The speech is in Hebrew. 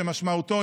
שמשמעותו